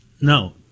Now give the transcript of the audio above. No